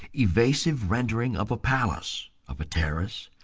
evasive rendering of a palace, of a terrace,